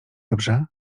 dobrze